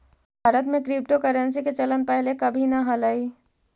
भारत में क्रिप्टोकरेंसी के चलन पहिले कभी न हलई